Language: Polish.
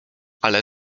ale